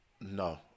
no